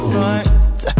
right